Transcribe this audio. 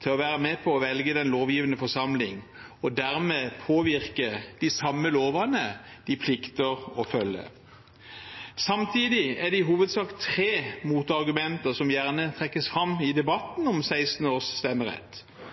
til å være med på å velge den lovgivende forsamling og dermed påvirke de samme lovene de plikter å følge. Samtidig er det i hovedsak tre motargumenter som gjerne trekkes fram i debatten om stemmerett fra 16